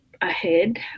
ahead